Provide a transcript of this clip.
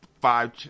five